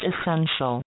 essential